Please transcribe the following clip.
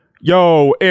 Yo